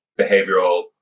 behavioral